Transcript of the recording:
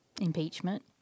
impeachment